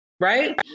Right